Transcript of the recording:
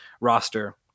roster